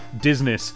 Disney